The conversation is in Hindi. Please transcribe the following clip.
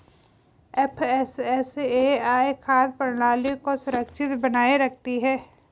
एफ.एस.एस.ए.आई खाद्य प्रणाली को सुरक्षित बनाए रखती है